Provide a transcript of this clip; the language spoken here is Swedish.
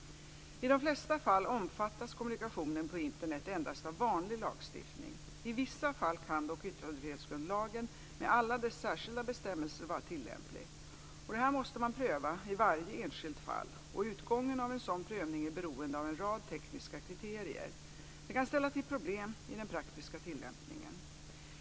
I de flesta fall omfattas kommunikation på Internet endast av vanlig lagstiftning. I vissa fall kan dock yttrandefrihetsgrundlagen med alla dess särskilda bestämmelser vara tillämplig. Detta måste man pröva i varje enskilt fall, och utgången av en sådan prövning är beroende av en rad tekniska kriterier. Detta kan ställa till problem i den praktiska tillämpningen.